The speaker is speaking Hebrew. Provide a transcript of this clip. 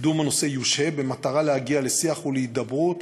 קידום הנושא יושהה, במטרה להגיע לשיח ולהידברות,